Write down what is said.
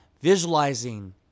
Visualizing